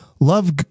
Love